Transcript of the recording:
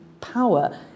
power